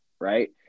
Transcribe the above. right